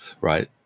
Right